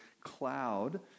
cloud